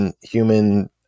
human